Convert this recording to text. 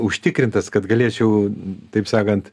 užtikrintas kad galėčiau taip sakant